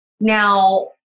now